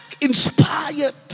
inspired